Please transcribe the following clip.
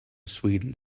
sweden